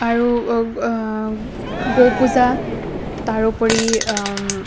আৰু গৌ পূজা তাৰোপৰি